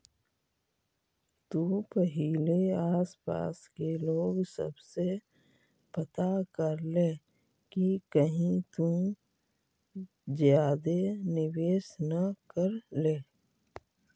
तु पहिले आसपास के लोग सब से पता कर ले कि कहीं तु ज्यादे निवेश न कर ले